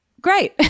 great